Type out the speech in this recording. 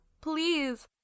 please